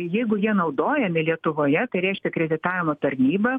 ir jeigu jie naudojami lietuvoje tai reiškia akreditavimo tarnyba